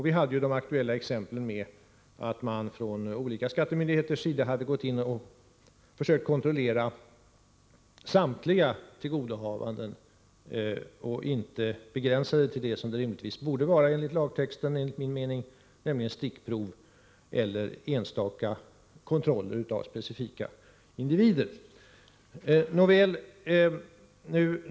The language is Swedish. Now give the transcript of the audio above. Vi hade då de aktuella exemplen med att olika skattemyndigheter hade försökt kontrollera samtliga tillgodohavanden och inte begränsat sig till det som vore rimligt enligt lagtexten och enligt min mening, nämligen stickprov eller enstaka kontroller av specifika individer. Nåväl.